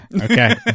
Okay